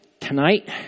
tonight